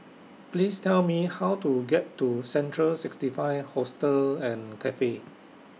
Please Tell Me How to get to Central sixty five Hostel and Cafe